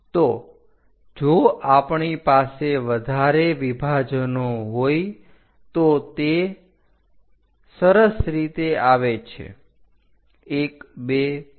તો જો આપણી પાસે વધારે વિભાજનો હોય તો તે સારસ રીતે આવે છે